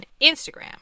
Instagram